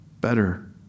better